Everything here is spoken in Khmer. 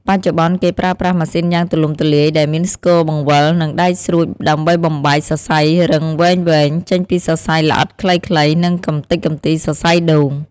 បច្ចុប្បន្ន គេប្រើប្រាស់ម៉ាស៊ីនយ៉ាងទូលំទូលាយ ដែលមានស្គរបង្វិល និងដែកស្រួចដើម្បីបំបែក សរសៃរឹងវែងៗ ចេញពីសរសៃល្អិតខ្លីៗ និងកម្ទេចកម្ទីសរសៃដូង។